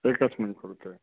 एकस्मिन् कृते